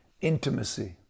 intimacy